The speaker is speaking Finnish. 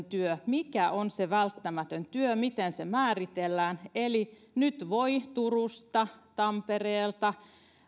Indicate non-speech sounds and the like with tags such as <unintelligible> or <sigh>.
<unintelligible> työ mikä on se välttämätön työ miten se määritellään eli nyt voi turusta tampereelta